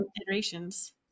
iterations